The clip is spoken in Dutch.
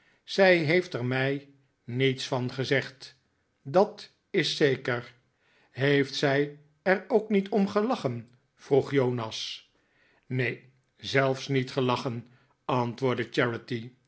zij heeft er mij niets van gezegd dat is zeker heeft zij er ook niet om gelachen vroeg jonas neen zelfs niet gelachen antwoordde